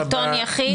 שלטון יחיד.